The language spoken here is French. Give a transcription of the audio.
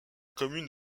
commune